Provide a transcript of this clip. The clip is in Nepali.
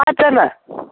पाँचजना